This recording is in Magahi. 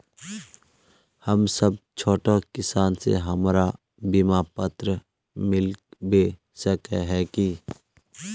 हम सब छोटो किसान है हमरा बिमा पात्र मिलबे सके है की?